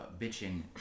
bitching